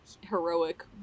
heroic